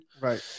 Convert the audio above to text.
right